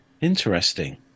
interesting